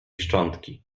szczątki